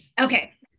okay